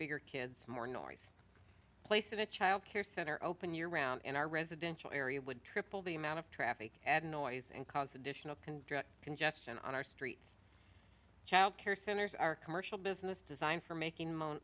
bigger kids more noise places a child care center open year round in our residential area would triple the amount of traffic add noise and cause additional can drive congestion on our streets childcare centers are commercial business designed for making